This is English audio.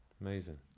Amazing